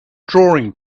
drawing